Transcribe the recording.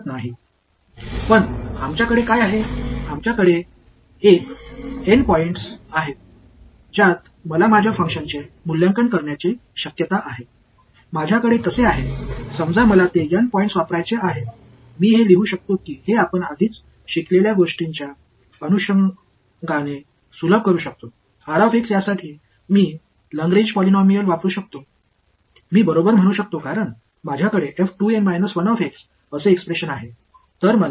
நான் அவ்வாறு வைத்திருக்கிறேன் நான் அந்த N புள்ளிகளைப் பயன்படுத்த விரும்புகிறேன் என்று வைத்து கொள்ளுவோம் இதை நான் ஏற்கனவே கற்றுக்கொண்டவற்றின் அடிப்படையில் இதை மேலும் எளிமைப்படுத்த முடியுமா இதற்காக ஒரு லாக்ரேஞ்ச் பாலினாமியலை உருவாக்க முடியுமா